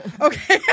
Okay